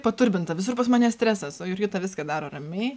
paturbinta visur pas mane stresas o jurgita viską daro ramiai